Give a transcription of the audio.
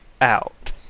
out